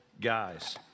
guys